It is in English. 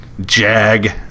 Jag